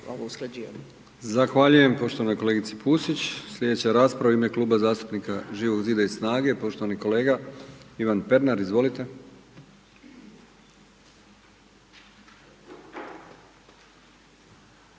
Zahvaljujem poštovanoj kolegici Pusić. Sljedeća resprava u ime Kluba zastupnika Živog zida i SNAGA-e, poštovani kolega Ivan Pernar, izvolite.